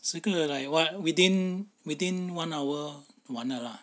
十个 like what within within one hour 完了 ah